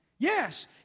Yes